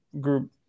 group